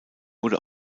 wurde